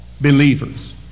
believers